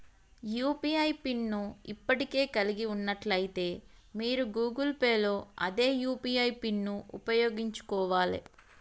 UPI pin ను ఇప్పటికే కలిగి ఉన్నట్లయితే మీరు గూగుల్ పే లో అదే యూ.పీ.ఐ పిన్ను ఉపయోగించుకోవాలే